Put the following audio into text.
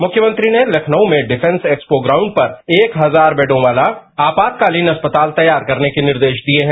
मुख्यमंत्री ने लखनऊ में डिफेंस एक्सपो ग्राउंड पर एक हजार मित्रों वाला आपातकालीन अस्पताल तैयार करने के निर्देश दिए हैं